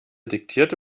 diktierte